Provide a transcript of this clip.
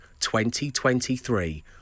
2023